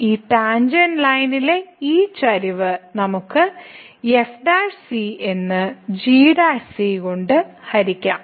ഈ ടാൻജെന്റ് ലൈനിന്റെ ഈ ചരിവ് നമുക്ക് f എന്ന് g കൊണ്ട് ഹരിക്കാം